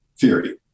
theory